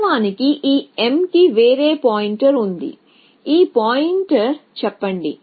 వాస్తవానికి ఈ m కి వేరే పాయింటర్ ఉంది ఈ పాయింటర్ చెప్పండి